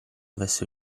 avesse